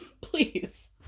Please